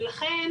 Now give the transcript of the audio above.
ולכן